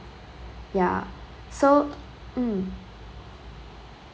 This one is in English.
ya so mm